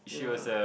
yeah